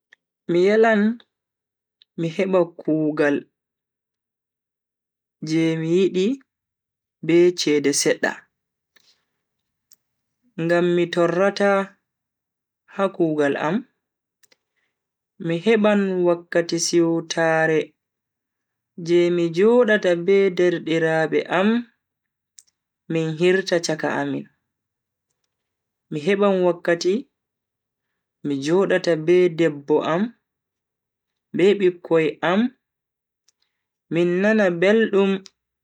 Mi yelan mi heba kugal je mi yidi be cede sedda, ngam mi torrata ha kugaal am mi heban wakkati siwtaare je mi jodata be derdiraabe am min hirta chaka amin, mi heban wakkati mi jodata be debbo am be bikkoi am min nana beldum.